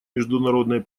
международной